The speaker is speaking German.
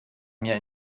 mir